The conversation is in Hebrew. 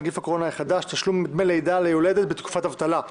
נגיף הקורונה החדש) (תשלום דמי לידה ליולדת בתקופת אבטלה),